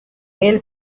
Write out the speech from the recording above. male